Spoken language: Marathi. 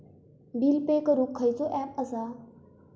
बिल पे करूक खैचो ऍप असा?